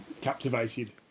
captivated